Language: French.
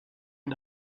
une